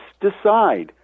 decide